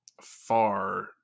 far